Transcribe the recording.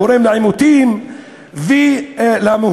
גורם לעימותים ולמהומות.